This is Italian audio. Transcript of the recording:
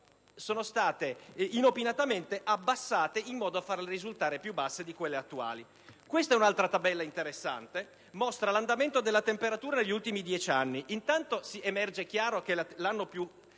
sono state inopinatamente abbassate in modo da farle risultare più basse di quelle attuali. C'é poi un'altra tabella interessante che mostra l'andamento della temperatura negli ultimi dieci anni dalla quale emerge chiaramente che l'anno più